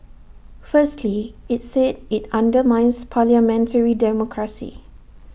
firstly IT said IT undermines parliamentary democracy